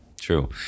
true